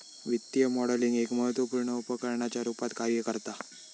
वित्तीय मॉडलिंग एक महत्त्वपुर्ण उपकरणाच्या रुपात कार्य करता